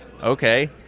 okay